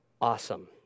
awesome